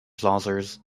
saucers